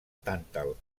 tàntal